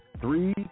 three